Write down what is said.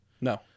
No